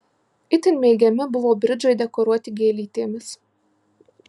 itin mėgiami buvo bridžai dekoruoti gėlytėmis